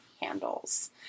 handles